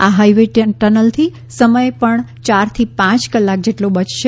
આ હાઇવે ટનલથી સમય પણ ચારથી પાંચ કલાક જેટલો બચશે